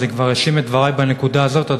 אז אני כבר אשלים את דברי בנקודה הזאת,